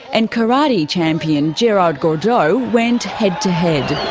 and karate champion, gerard gordeau went head-to-head.